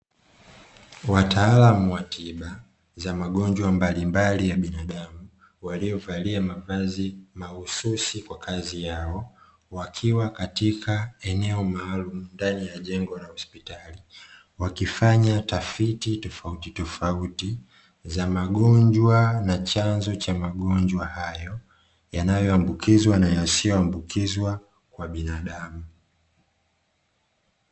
Wataalamu wa tiba za magonjwa mbalimbali ya binadamu waliovalia mavazi mahususi kwa kazi yao wakiwa katika eneo maalumu ndani ya jengo la hospitali wakifanya tafiti tofauti tofauti za magonjwa na chanzo cha magonjwa hayo yanayo ambukizwa na yasiyo ambukizwa kwa binadamu.